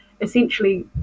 essentially